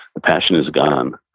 the passion is gone.